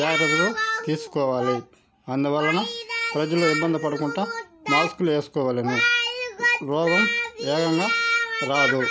జాగ్రత్తలు తీసుకోవాలి అందువలన ప్రజలు ఇబ్బంది పడకుండా మాస్క్లు వేసుకోవలెను రోగం వేగంగా రాదు